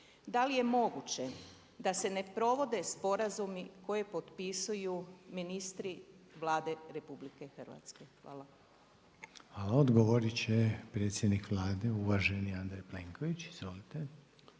da li je moguće da se ne provode sporazumi koje potpisuju ministri Vlade RH? Hvala. **Reiner, Željko (HDZ)** Odgovorit će predsjednik Vlade uvaženi Andrej Plenković. Izvolite.